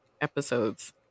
episodes